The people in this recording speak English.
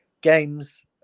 games